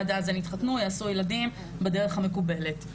עד אז הן יתחתנו ויעשו ילדים בדרך המקובלת,